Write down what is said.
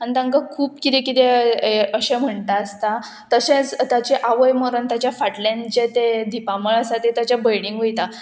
आनी तांकां खूब किदें किदें अशें म्हणटा आसता तशेंच ताचें आवय मरोन ताच्या फाटल्यान जें तें दिपामळ आसा तें ताच्या भयणीक वयता